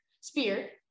spear